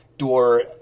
door